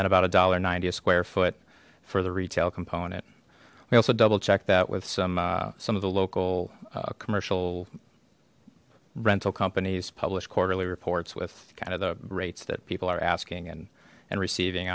that about a dollar ninety a square foot for the retail component we also double check that with some some of the local commercial rental companies published quarterly reports with kind of the rates that people are asking and and receiving